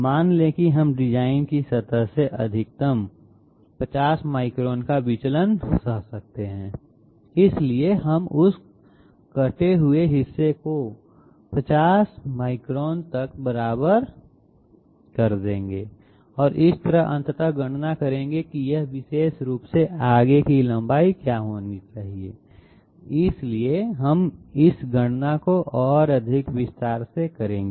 मान लें कि हम डिज़ाइन की सतह से अधिकतम 50 माइक्रोन का विचलन सहन कर सकते हैं इसलिए हम उस कटे हुए हिस्से को 50 माइक्रोन तक बराबर कर देंगे और इस तरह अंततः गणना करेंगे कि यह विशेष रूप से आगे की लंबाई की लंबाई क्या होनी चाहिए इसलिए हम इस गणना को और अधिक विस्तार से करेंगे